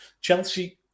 Chelsea